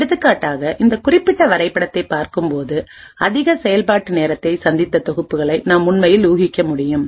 எடுத்துக்காட்டாக இந்த குறிப்பிட்ட வரைபடத்தை பார்க்கும்போது அதிக செயல்பாட்டு நேரத்தைச் சந்தித்த தொகுப்புகளை நாம் உண்மையில் ஊகிக்க முடியும்